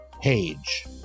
page